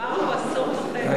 אמרנו: עשור וחצי.